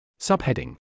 Subheading